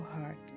heart